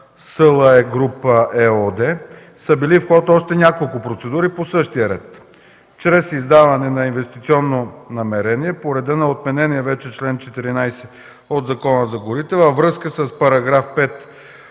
„СЛЕ Груп” ЕООД, са били в ход още няколко процедури по същия ред – чрез издаване на инвестиционно намерение по реда на отменения вече чл. 14 от Закона за горите във връзка с § 5